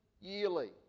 yearly